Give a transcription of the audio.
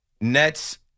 Nets